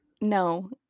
No